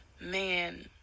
Man